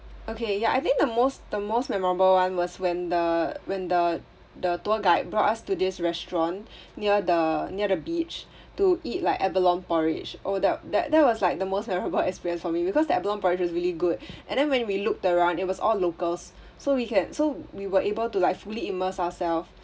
okay ya I think the most the most memorable one was when the when the the tour guide brought us to this restaurant near the near the beach to eat like abalone porridge oh that wa~ that that was like the most memorable experience for me because that abalone porridge was really good and then when we looked around it was all locals so we can so we were able to like fully immerse ourself